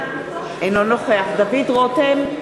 אינו נוכח דוד רותם,